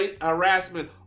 harassment